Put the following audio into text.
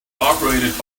operated